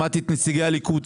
שמעתי כאן את נציגי הליכוד.